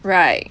right